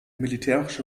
militärische